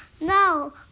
no